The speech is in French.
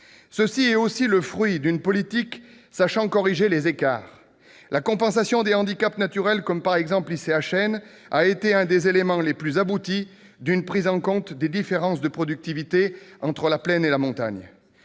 C'est aussi le fruit d'une politique sachant corriger les écarts : la compensation des handicaps naturels, à travers notamment l'ICHN, a été un des éléments les plus aboutis d'une prise en compte des différences de productivité entre la plaine et la montagne.